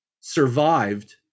survived